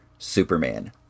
Superman